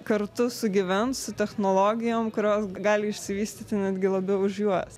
kartu sugyvens su technologijom kurios gali išsivystyti netgi labiau už juos